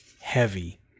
heavy